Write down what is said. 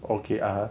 okay (uh huh)